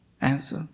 answer